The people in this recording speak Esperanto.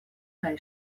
kaj